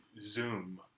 Zoom